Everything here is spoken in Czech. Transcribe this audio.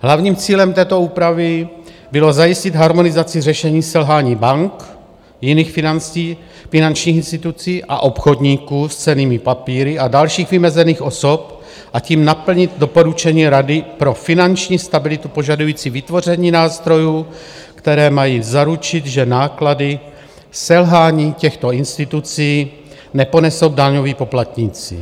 Hlavním cílem této úpravy bylo zajistit harmonizaci řešení selhání bank a jiných finančních institucí a obchodníků s cennými papíry a dalších vymezených osob a tím naplnit doporučení Rady pro finanční stabilitu, požadující vytvoření nástrojů, které mají zaručit, že náklady selhání těchto institucí neponesou daňoví poplatníci.